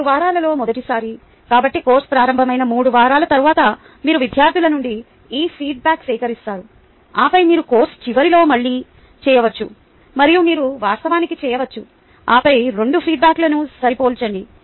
3 వారాలలో మొదటిసారి కాబట్టి కోర్సు ప్రారంభమైన 3 వారాల తరువాత మీరు విద్యార్థుల నుండి ఈ ఫీడ్బ్యాక్ సేకరిస్తారు ఆపై మీరు కోర్సు చివరిలో మళ్ళీ చేయవచ్చు మరియు మీరు వాస్తవానికి చేయవచ్చు ఆపై రెండు ఫీడ్బ్యాక్లను సరిపోల్చండి